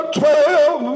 twelve